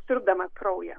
siurbdamas kraują